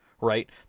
right